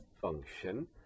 function